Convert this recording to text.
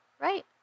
right